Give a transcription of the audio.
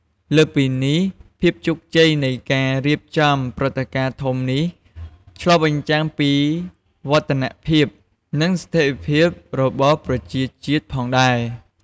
លើសពីនេះភាពជោគជ័យនៃការរៀបចំព្រឹត្តិការណ៍ធំនេះ ឆ្លុះបញ្ចាំងពីវឌ្ឍនភាព និងស្ថេរភាពរបស់ប្រទេសជាតិផងដែរ។